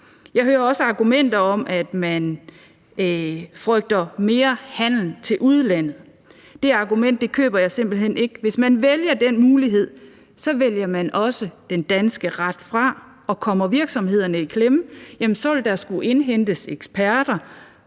Jeg hører også argumenter om, at man frygter, at mere handel vil rykke til udlandet. Det argument køber jeg simpelt hen ikke. Hvis man vælger den mulighed, vælger man også den danske ret fra, og kommer virksomhederne i klemme, vil der skulle indhentes eksperter,